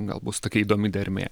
gal bus tokia įdomi dermė